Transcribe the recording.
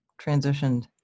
transitioned